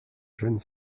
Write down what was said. jeune